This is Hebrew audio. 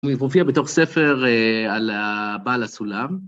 מופיע בתוך ספר על ה.. בעל הסולם.